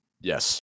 Yes